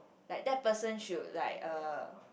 like that person should like uh